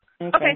Okay